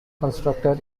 constructed